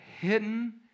hidden